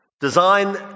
design